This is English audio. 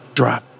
drop